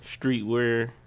streetwear